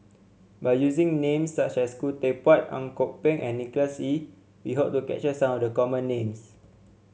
by using names such as Khoo Teck Puat Ang Kok Peng and Nicholas Ee we hope to capture some of the common names